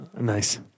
Nice